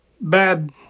bad